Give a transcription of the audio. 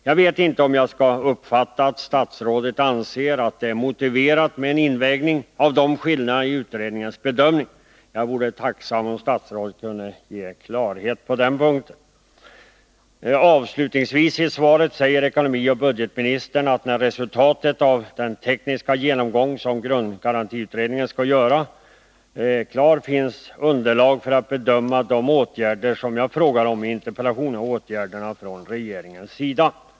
Jag vet inte om jag skall uppfatta svaret så att statsrådet anser det motiverat med en invägning av de skillnaderna i utredningens bedömning. Jag vore tacksam om statsrådet kunde ge klarhet på den punkten. Avslutningsvis säger ekonomioch budgetministern i svaret att när resultatet föreligger från den tekniska genomgång som grundgarantiutredningen skall göra kommer det att finnas underlag för att bedöma de åtgärder som jag efterlyste i interpellationen — åtgärder från regeringens sida.